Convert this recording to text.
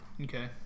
Okay